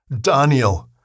Daniel